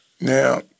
Now